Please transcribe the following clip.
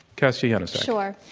kassia yanosek. sure.